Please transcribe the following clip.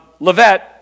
Lavette